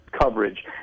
coverage